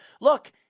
Look